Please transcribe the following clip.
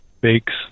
bakes